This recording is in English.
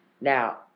Now